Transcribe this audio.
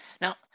Now